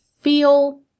feel